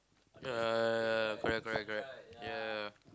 yeah yeah yeah yeah yeah correct correct correct yeah